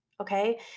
okay